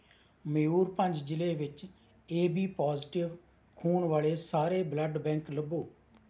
ਮਯੂਰਭੰਜ ਜ਼ਿਲ੍ਹੇ ਵਿੱਚ A B positive ਖੂਨ ਵਾਲੇ ਸਾਰੇ ਬਲੱਡ ਬੈਂਕ ਲੱਭੋ